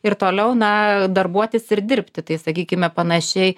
ir toliau na darbuotis ir dirbti tai sakykime panašiai